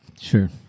sure